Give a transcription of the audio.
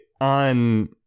on